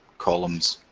columns,